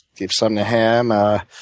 gave some to him. ah